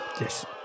Yes